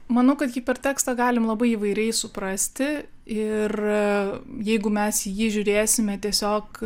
manau kad hipertekstą galim labai įvairiai suprasti ir jeigu mes į jį žiūrėsime tiesiog